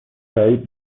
سعید